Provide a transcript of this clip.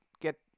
Get